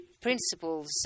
principles